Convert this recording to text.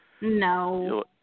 no